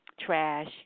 trash